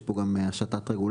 יש בו גם השתת רגולציה.